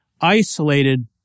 isolated